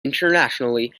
internationally